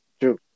True